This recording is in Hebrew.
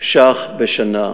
ש"ח בשנה.